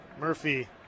Murphy